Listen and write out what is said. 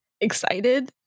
excited